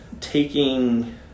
taking